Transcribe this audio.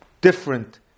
different